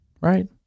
right